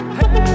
Hey